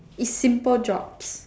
is simple jobs